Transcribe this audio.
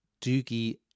doogie